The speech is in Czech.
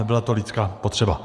Byla to lidská potřeba.